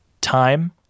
time